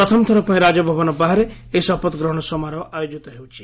ପ୍ରଥମ ଥରପାଇଁ ରାଜଭବନ ବାହାରେ ଏହି ଶପଥ ଗ୍ରହଶ ସମାରୋହ ଆୟୋଜିତ ହେଉଛି